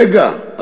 רגע,